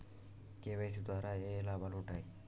KYC ద్వారా ఏఏ లాభాలు ఉంటాయి?